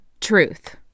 truth